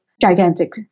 gigantic